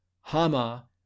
Hama